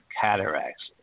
cataracts